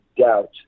doubt